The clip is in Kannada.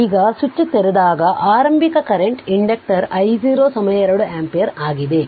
ಈಗ ಸ್ವಿಚ್ ತೆರೆದಾಗಆರಂಭಿಕ ಕರೆಂಟ್ ಇಂಡಕ್ಟರ್ I0 2 ಆಂಪಿಯರ್ ಆಗಿದೆ